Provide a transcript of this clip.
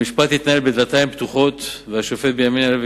המשפט התנהל בדלתיים פתוחות והשופט בנימין הלוי